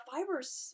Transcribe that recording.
Fibers